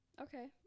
okay